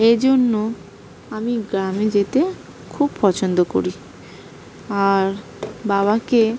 এ জন্য আমি গ্রামে যেতে খুব পছন্দ করি আর বাবাকে